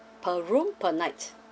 per room per night